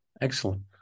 Excellent